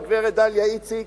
הגברת דליה איציק,